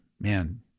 Man